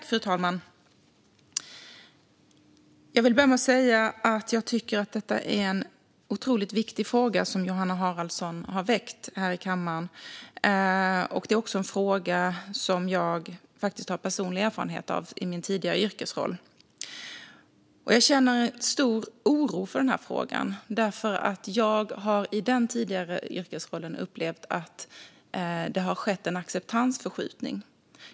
Fru talman! Jag vill börja med att säga att jag tycker att det är en otroligt viktig fråga som Johanna Haraldsson har väckt här i kammaren. Det är också en fråga som jag faktiskt har personlig erfarenhet av, i min tidigare yrkesroll. Jag känner en stor oro när det gäller denna fråga, för jag har i den tidigare yrkesrollen upplevt att det har skett en acceptansförskjutning.